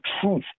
truth